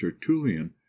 Tertullian